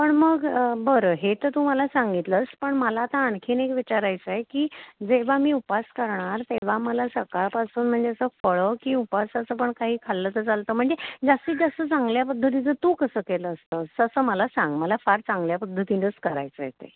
पण मग बरं हे तर तू मला सांगितलंस पण मला आता आणखी एक विचारायचं आहे की जेव्हा मी उपास करणार तेव्हा मला सकाळपासून म्हणजे असं फळं की उपासाचं पण काही खाल्लं तर चालतं म्हणजे जास्तीत जास्त चांगल्या पद्धतीचं तू कसं केलं असतंस असं मला सांग मला फार चांगल्या पद्धतीनंच करायचं आहे ते